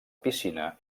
piscina